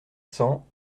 cents